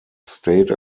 state